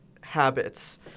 habits